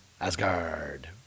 asgard